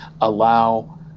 allow